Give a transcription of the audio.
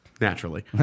Naturally